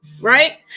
right